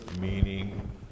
meaning